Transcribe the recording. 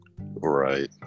Right